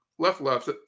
Left-left